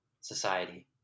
society